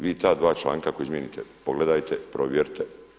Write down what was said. Vi ta dva članka ako izmijenite pogledajte, provjerite.